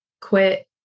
quit